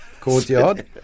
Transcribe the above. courtyard